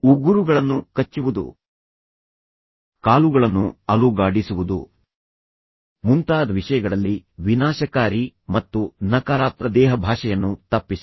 ಉಗುರುಗಳನ್ನು ಕಚ್ಚುವುದು ಕಾಲುಗಳನ್ನು ಅಲುಗಾಡಿಸುವುದು ಮುಂತಾದ ವಿಷಯಗಳಲ್ಲಿ ವಿನಾಶಕಾರಿ ಮತ್ತು ನಕಾರಾತ್ಮಕ ದೇಹಭಾಷೆಯನ್ನು ತಪ್ಪಿಸಿ